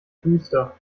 duster